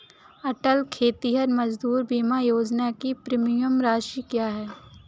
अटल खेतिहर मजदूर बीमा योजना की प्रीमियम राशि क्या है?